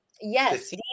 Yes